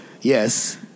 Yes